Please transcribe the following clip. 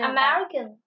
American